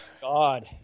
God